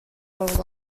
whole